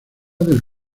del